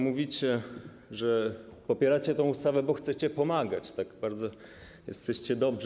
Mówicie, że popieracie tę ustawę, bo chcecie pomagać, tak bardzo jesteście dobrzy.